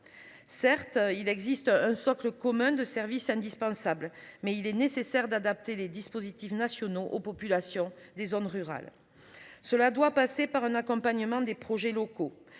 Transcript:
Certes il existe un socle commun de service indispensable mais il est nécessaire d'adapter les dispositifs nationaux aux populations des zones rurales. Cela doit passer par un accompagnement des projets locaux,